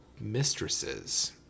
mistresses